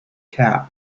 cap